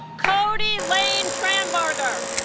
cody lane tranbarger